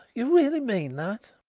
you really mean that?